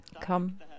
come